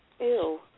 ew